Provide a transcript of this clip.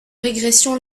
régression